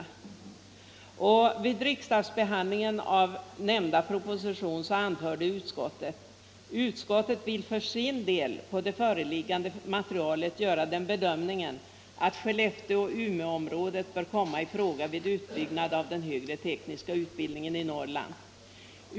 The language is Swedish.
Vid riksdagsbehandlingen av propositionen 88 år 1970 anförde utskottet: ”Utskottet vill för sin del på det föreliggande materialet göra den bedömningen att Skellefteå/Umeåområdet bör komma ifråga vid en fortsatt utbyggnad av den högre tekniska utbildningen i övre Norrland.